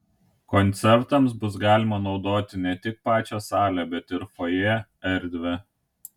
koncertams bus galima naudoti ne tik pačią salę bet ir fojė erdvę